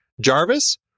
Jarvis